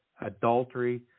adultery